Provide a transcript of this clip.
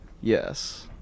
Yes